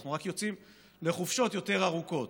אנחנו רק יוצאים לחופשות יותר ארוכות.